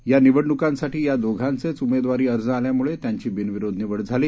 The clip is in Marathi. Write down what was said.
या निवडणूकांसाठी या दोघांचेच उमेदवारी अर्ज आल्यामुळे त्यांची बिनविरोध निवड झाली